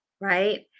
Right